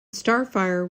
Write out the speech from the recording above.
starfire